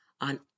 on